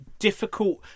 Difficult